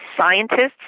scientists